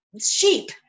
sheep